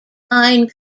fine